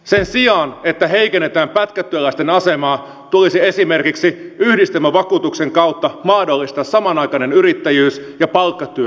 sen sijaan että heikennetään pätkätyöläisten asemaa tulisi esimerkiksi yhdistelmävakuutuksen kautta mahdollistaa samanaikainen yrittäjyys ja palkkatyö